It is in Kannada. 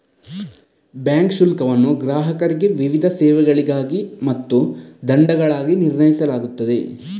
ಬ್ಯಾಂಕ್ ಶುಲ್ಕವನ್ನು ಗ್ರಾಹಕರಿಗೆ ವಿವಿಧ ಸೇವೆಗಳಿಗಾಗಿ ಮತ್ತು ದಂಡಗಳಾಗಿ ನಿರ್ಣಯಿಸಲಾಗುತ್ತದೆ